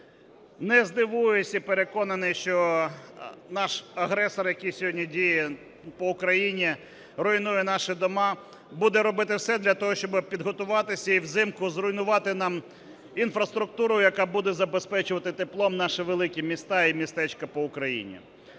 Не здивуюся і переконаний, що наш агресор, який сьогодні діє по Україні, руйнує наші дома, буде робити все для того, щоб підготуватися і взимку зруйнувати нам інфраструктуру, яка буде забезпечувати теплом наші великі міста і містечка по Україні.